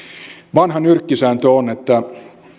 vanha nyrkkisääntö on että